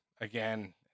again